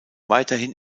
weiterhin